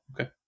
Okay